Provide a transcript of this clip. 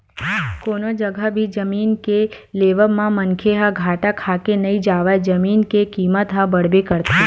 कोनो जघा भी जमीन के लेवब म मनखे ह घाटा खाके नइ जावय जमीन के कीमत ह बड़बे करथे